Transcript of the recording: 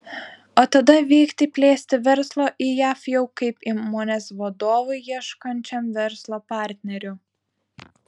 o tada vykti plėsti verslo į jav jau kaip įmonės vadovui ieškančiam verslo partnerių